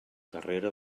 darrere